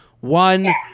One